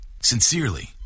Sincerely